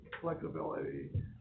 flexibility